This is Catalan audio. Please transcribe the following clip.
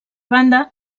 banda